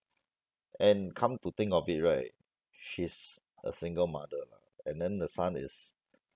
and come to think of it right she's a single mother lah and then the son is